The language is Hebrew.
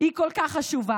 היא כל כך חשובה.